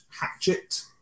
hatchet